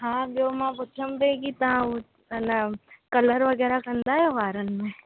हा ॿियो मां पुछां पई की तव्हां हिन कलर वग़ैरह कंदा आहियो वारनि में